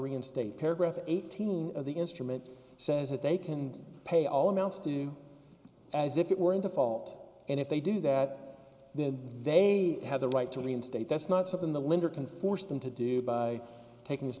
reinstate paragraph eighteen of the instrument says that they can pay all amounts to as if it weren't a fault and if they do that then they have the right to reinstate that's not something the lender can force them to do by taking th